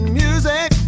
music